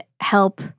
help